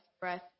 breath